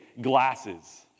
glasses